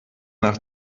nach